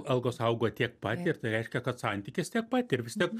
algos augo tiek pati ir tai reiškia kad santykis tiek pat ir vis tiek